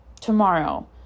tomorrow